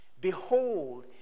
Behold